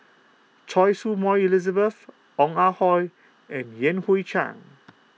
Choy Su Moi Elizabeth Ong Ah Hoi and Yan Hui Chang